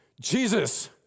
Jesus